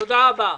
תודה רבה.